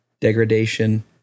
degradation